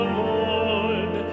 lord